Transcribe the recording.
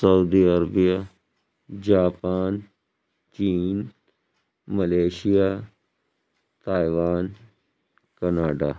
سعودی Arabia Japan چین Malaysia Taiwan Canada